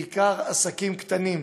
בעיקר עסקים קטנים,